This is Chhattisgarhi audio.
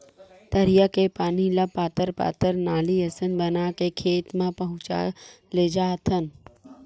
तरिया के पानी ल पातर पातर नाली असन बना के खेत म पहुचाए लेजाथन